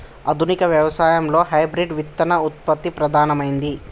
ఆధునిక వ్యవసాయం లో హైబ్రిడ్ విత్తన ఉత్పత్తి ప్రధానమైంది